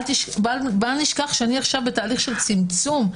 בל נשכח שאני נמצאת עכשיו בתהליך של צמצום,